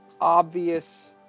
obvious